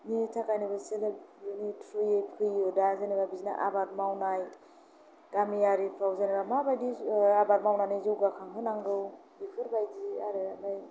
बेनि थाखायनो बिसोर बिनि थ्रुयै फैयो दा जेनेबा बिदिनो आबाद मावनाय गामिआरिफ्राव जेनेबा मा बादियै आबाद मावनानै जौगाखांहोनांगौ बेफोरबायदि आरो